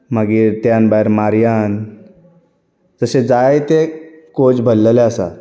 मागीर त्यान भायर मारियान तशें जायते कोच भरलेले आसात